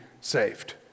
saved